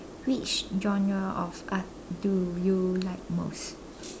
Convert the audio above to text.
which genre of art do you like most